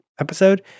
episode